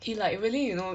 he like really you know